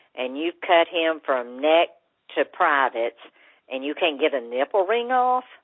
and you cut him from neck to privates and you can't get a nipple ring off?